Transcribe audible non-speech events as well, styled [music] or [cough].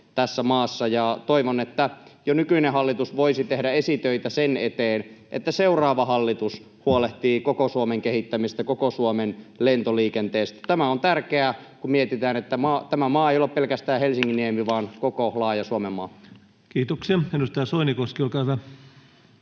toivon, että jo nykyinen hallitus voisi tehdä esitöitä sen eteen, että seuraava hallitus huolehtii koko Suomen kehittämisestä ja koko Suomen lentoliikenteestä. Tämä on tärkeää, kun mietitään, että tämä maa ei ole pelkästään Helsinginniemi, [noise] vaan koko laaja